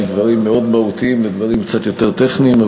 מדברים מאוד מהותיים לדברים קצת יותר טכניים,